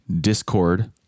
Discord